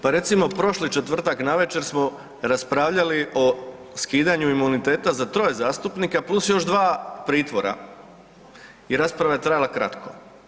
Pa recimo prošli četvrtak navečer smo raspravljali o skidanju imuniteta za troje zastupnika plus još dvoje pritvora i rasprava je trajala kratko.